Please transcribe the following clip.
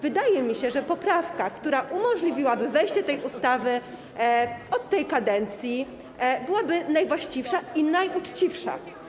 Wydaje mi się, że poprawka, która umożliwiłaby wejście tej ustawy od tej kadencji, byłaby najwłaściwsza i najuczciwsza.